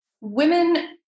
women